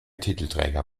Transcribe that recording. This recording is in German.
titelträger